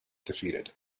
defeated